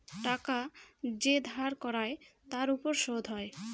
টাকা যে ধার করায় তার উপর সুদ হয়